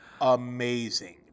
amazing